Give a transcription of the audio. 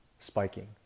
spiking